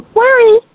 worry